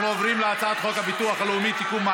אנחנו עוברים להצעת חוק הביטוח הלאומי (תיקון,